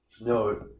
No